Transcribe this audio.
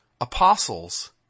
apostles